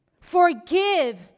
Forgive